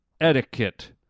etiquette